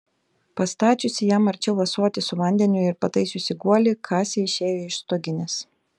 pastačiusi jam arčiau ąsotį su vandeniu ir pataisiusi guolį kasė išėjo iš stoginės